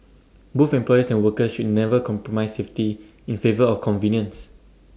both employers and workers should never compromise safety in favour of convenience